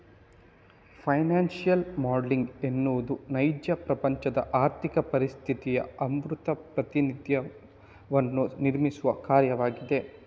financial modelling ಎನ್ನುವುದು ನೈಜ ಪ್ರಪಂಚದ ಆರ್ಥಿಕ ಪರಿಸ್ಥಿತಿಯ ಅಮೂರ್ತ ಪ್ರಾತಿನಿಧ್ಯವನ್ನು ನಿರ್ಮಿಸುವ ಕಾರ್ಯವಾಗಿದೆ